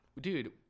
dude